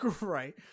Right